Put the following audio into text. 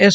S